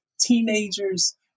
teenagers